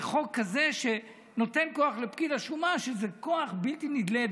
חוק כזה שנותן כוח לפקיד השומה שהוא כוח בלתי נדלה.